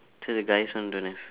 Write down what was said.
to the guys on the left